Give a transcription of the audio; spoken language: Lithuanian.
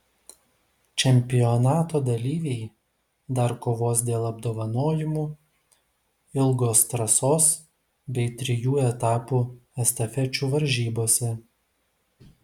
čempionato dalyviai dar kovos dėl apdovanojimų ilgos trasos bei trijų etapų estafečių varžybose